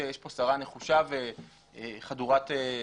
כך שיש כאן שרה נחושה וחדורת שליחות.